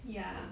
ya